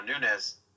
nunez